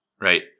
Right